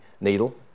needle